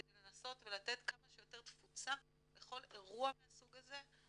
כדי לנסות ולתת כמה שיותר תפוצה לכל אירוע מהסוג הזה,